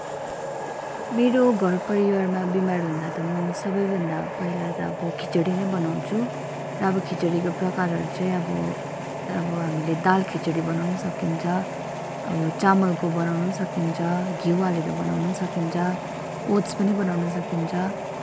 मेरो घर परिवारमा बिमार हुँदा त म सबैभन्दा पहिला त अब खिचडी नै बनाउँछु र अब खिचडीको प्रकारहरू चाहिँ अब अब हामीले दाल खिचडी बनाउनु पनि सकिन्छ अब चामलको बनाउनु पनि सकिन्छ घिउ हालेर बनाउनु पनि सकिन्छ ओट्स पनि बनाउनु सकिन्छ